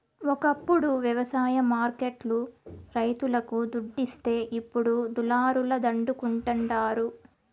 ఒకప్పుడు వ్యవసాయ మార్కెట్ లు రైతులకు దుడ్డిస్తే ఇప్పుడు దళారుల దండుకుంటండారు